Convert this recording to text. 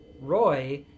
Roy